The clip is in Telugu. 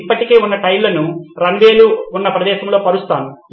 నేను ఇప్పటికే ఉన్న టైర్లను రన్వేలు ఉన్న ప్రదేశంలో పరుస్తాను